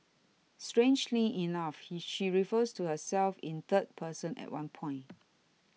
strangely enough he she refers to herself in third person at one point